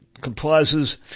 comprises